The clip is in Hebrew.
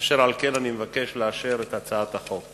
אשר על כן אני מבקש לאשר את הצעת החוק.